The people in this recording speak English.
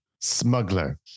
smuggler